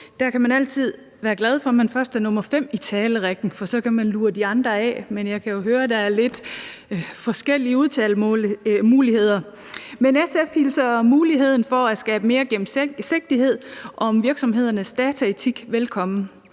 Der kan man altid være glad for, at man først er nr. 5 i talerrækken, for så kan man lure de andre af. Men jeg kan jo høre, at der er lidt forskellige udtalemuligheder. SF hilser muligheden for at skabe mere gennemsigtighed om virksomhedernes dataetik velkommen.